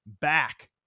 back